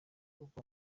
kuko